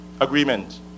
Agreement